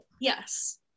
yes